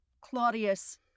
Claudius